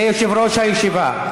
ליושב-ראש הישיבה.